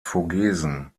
vogesen